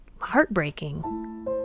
heartbreaking